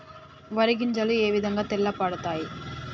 వరి గింజలు ఏ విధంగా తెల్ల పడతాయి?